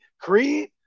Creed